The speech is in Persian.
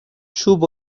چوب